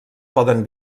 poden